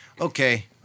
Okay